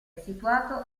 situato